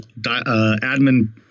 admin